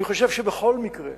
אני חושב שבכל מקרה